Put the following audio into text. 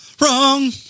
wrong